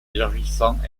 élargissant